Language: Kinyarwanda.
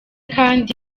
kandi